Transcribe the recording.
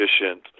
efficient